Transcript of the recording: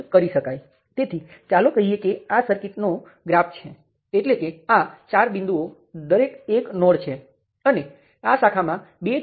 હવે આપણે તેમાં પડવા માંગતા નથી તેથી આપણે આ નિયંત્રણો ફક્ત સરળ કેસોને ઉકેલવા માટે કર્યા છે